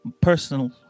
personal